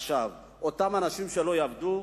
אותם אנשים שלא יעבדו?